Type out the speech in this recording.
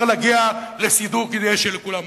להגיע לסידור כדי שיהיה לכולם מקום.